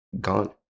gone